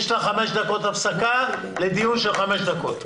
יש לך חמש דקות הפסקה, לדיון של חמש דקות.